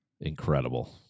incredible